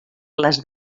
les